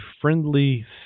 Friendly